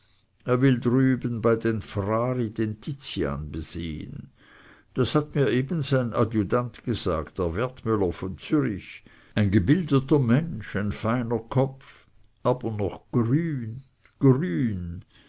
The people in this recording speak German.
er will drüben bei den frari den tizian besehen das hat mir eben sein adjutant gesagt der wertmüller von zürich ein gebildeter mensch ein feiner kopf aber noch grün grün